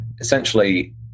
essentially